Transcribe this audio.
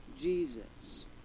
Jesus